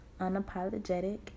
Unapologetic